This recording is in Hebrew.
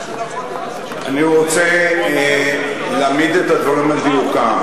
אני רוצה להעמיד את הדברים על דיוקם.